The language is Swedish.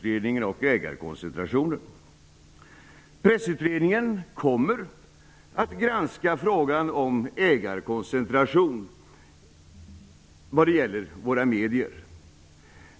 Den andra gäller Pressutredningen kommer att granska frågan om ägarkoncentrationen vad gäller våra medier.